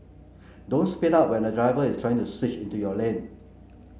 don't speed up when a driver is trying to switch into your lane